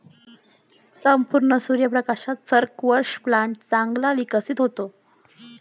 संपूर्ण सूर्य प्रकाशामध्ये स्क्वॅश प्लांट चांगला विकसित होतो